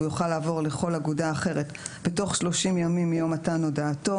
והוא יוכל לעבור לכל אגודה אחרת בתוך 30 ימים מיום מתן הודעתו.